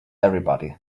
everybody